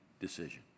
decision